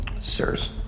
Sirs